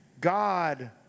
God